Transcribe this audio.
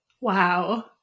Wow